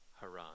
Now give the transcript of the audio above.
Haran